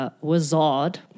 wizard